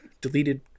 Deleted